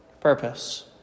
purpose